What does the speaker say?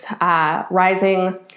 rising